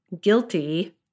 guilty